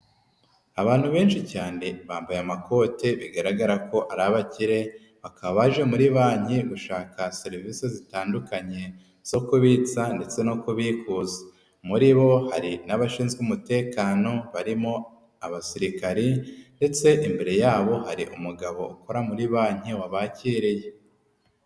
Abantu benshi cyane bambaye amakote bigaragara ko ari abakire, bakaba baje muri banki gushaka serivisi zitandukanye zo kubitsa ndetse no kubikuza, muri bo hari n'abashinzwe umutekano barimo abasirikare ndetse imbere yabo hari umugabo ukora muri banki wabakiriye.